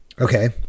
Okay